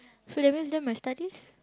so that means then my studies